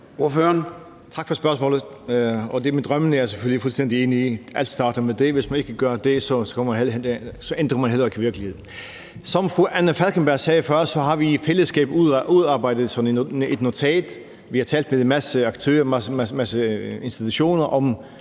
Tak for spørgsmålet. Og det med drømmene er jeg selvfølgelig fuldstændig enig i – alt starter med det; hvis man ikke gør det, ændrer man heller ikke virkeligheden. Som fru Anna Falkenberg sagde før, har vi i fællesskab udarbejdet sådan et notat. Vi har talt med en masse aktører og en masse,